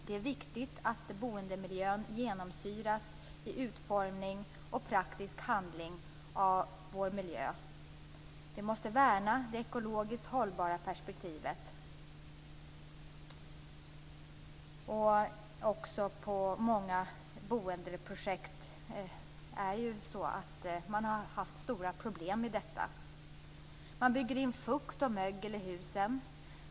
Det är viktigt att boendemiljön genomsyras av vår miljö i utformning och praktisk handling. Vi måste värna det ekologiskt hållbara perspektivet. Man har haft stora problem med detta i många boendeprojekt. Man bygger in fukt och mögel i husen.